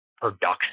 production